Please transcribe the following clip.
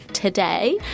Today